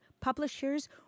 publishers